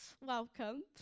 welcome